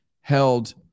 held